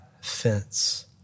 fence